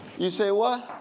you say what?